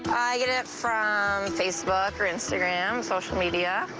i get it from facebook, or instagram, social media.